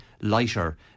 lighter